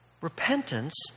Repentance